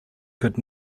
could